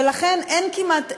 ולכן אין כמעט,